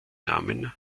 namen